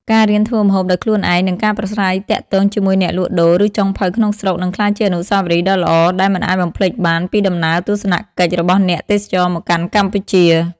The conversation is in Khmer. ការរៀនធ្វើម្ហូបដោយខ្លួនឯង និងការប្រាស្រ័យទាក់ទងជាមួយអ្នកលក់ដូរ ឬចុងភៅក្នុងស្រុក នឹងក្លាយជា អនុស្សាវរីយ៍ដ៏ល្អ ដែលមិនអាចបំភ្លេចបានពីដំណើរទស្សនកិច្ចរបស់អ្នកទេសចរមកកាន់កម្ពុជា ។